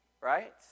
right